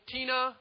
Tina